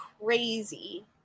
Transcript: crazy